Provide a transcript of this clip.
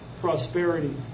prosperity